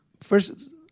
First